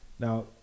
Now